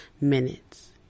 minutes